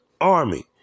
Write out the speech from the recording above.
Army